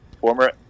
former